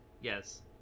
Yes